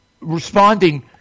responding